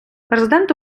президент